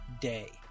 day